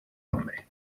hombre